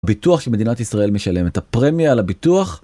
ביטוח שמדינת ישראל משלמת, הפרמיה על הביטוח.